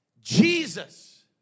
Jesus